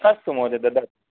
अस्तु महोदय ददातु